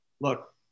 look